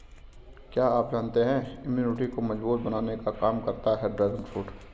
क्या आप जानते है इम्यूनिटी को मजबूत बनाने का काम करता है ड्रैगन फ्रूट?